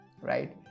Right